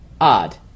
Odd